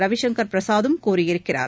ரவிசங்கர் பிரசாத்தும் கூறியிருக்கிறார்